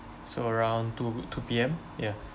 so around two two P_M ya